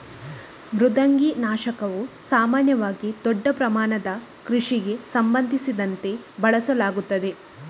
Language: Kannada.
ಮೃದ್ವಂಗಿ ನಾಶಕವು ಸಾಮಾನ್ಯವಾಗಿ ದೊಡ್ಡ ಪ್ರಮಾಣದ ಕೃಷಿಗೆ ಸಂಬಂಧಿಸಿದಂತೆ ಬಳಸಲಾಗುತ್ತದೆ